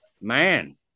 man